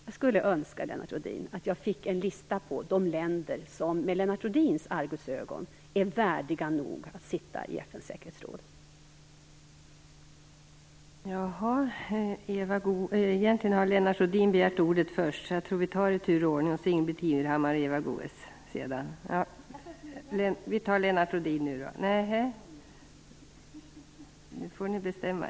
Jag skulle önska att jag fick en lista på de länder som med Lennart Rohdins argusögon är värdiga nog att sitta i FN:s säkerhetsråd.